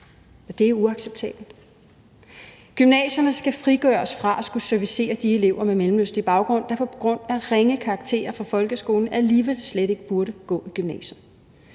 Og det er uacceptabelt. Gymnasierne skal frigøres fra at skulle servicere de elever med mellemøstlig baggrund, der på grund af ringe karakterer fra folkeskolen alligevel slet ikke burde gå i gymnasiet.